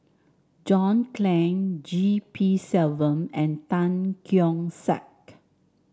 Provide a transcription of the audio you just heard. John Clang G P Selvam and Tan Keong Saik